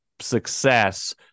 success